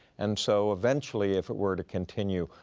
and so eventually, if it were to continue,